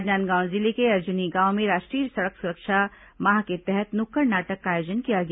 राजनांदगांव जिले के अर्जुनी गांव में राष्ट्रीय सड़क सुरक्षा माह के तहत नुक्कड़ नाटक का आयोजन किया गया